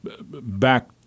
back –